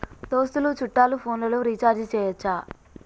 దోస్తులు చుట్టాలు ఫోన్లలో రీఛార్జి చేయచ్చా?